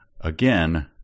again